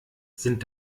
sind